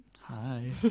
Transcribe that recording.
Hi